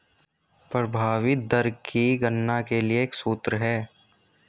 प्रभावी दर की गणना के लिए एक सूत्र है